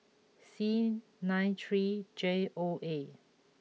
C nine three J O A